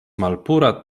malpura